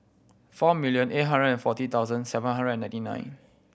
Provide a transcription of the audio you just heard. four million eight hundred and forty thousand seven hundred and ninety nine